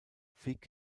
vic